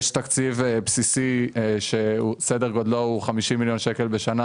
יש תקציב בסיסי בסדר גודל של 50 מיליון שקל בשנה